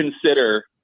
consider